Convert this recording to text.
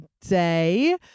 today